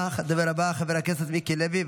חבר הכנסת מיקי לוי.